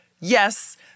Yes